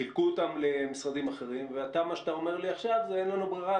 חילקו אותם למשרדים אחרים ומה שאתה אומר לי עכשיו: אין לנו ברירה,